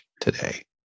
today